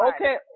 Okay